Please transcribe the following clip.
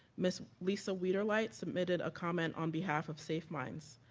miss lisa we'derlight submitted a comment on behalf of safe minds,